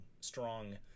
strong